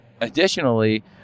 additionally